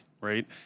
right